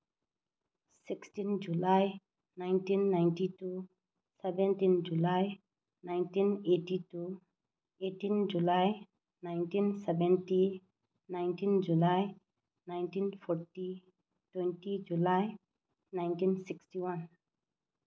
sixteen July nineteen ninety two seventeen July nineteen eighty two eighteen July nineteen seventy nineteen July nineteen forty twenty July nineteen sixty one